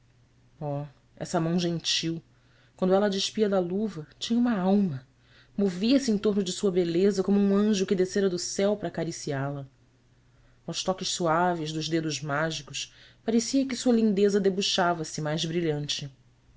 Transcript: oh essa mão gentil quando ela a despia da luva tinha uma alma movia-se em torno de sua beleza como um anjo que descera do céu para acariciá la aos toques suaves dos dedos mágicos parecia que sua lindeza debuxava se mais brilhante